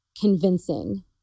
convincing